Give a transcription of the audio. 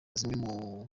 zimwe